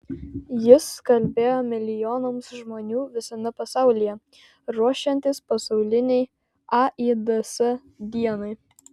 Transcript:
jis kalbėjo milijonams žmonių visame pasaulyje ruošiantis pasaulinei aids dienai